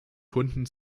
kunden